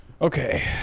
Okay